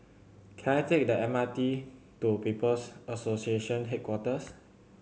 can I take the M R T to People's Association Headquarters